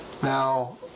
Now